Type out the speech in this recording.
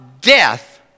death